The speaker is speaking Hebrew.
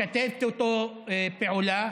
משתפת איתו פעולה.